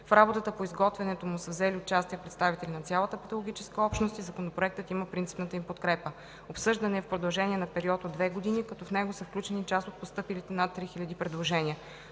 В работата по изготвянето му са взели участие представители на цялата педагогическа общност и Законопроектът има принципната им подкрепа. Обсъждан е в продължение на период от две години, като в него са включени част от постъпилите над три хиляди предложения.